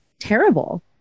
terrible